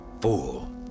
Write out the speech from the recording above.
Fool